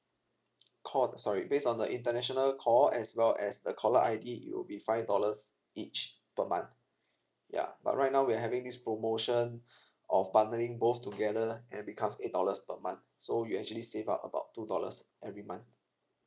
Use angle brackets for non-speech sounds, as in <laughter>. <noise> call sorry based on the international call as well as the caller I_D it will be five dollars each per month ya but right now we are having this promotion of bundling both together and becomes eight dollars per month so you actually save up about two dollars every month